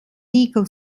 eagle